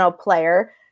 player